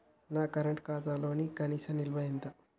నా కరెంట్ ఖాతాలో కనీస నిల్వ ఎంత?